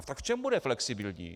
Tak v čem bude flexibilní?